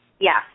Yes